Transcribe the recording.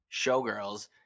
Showgirls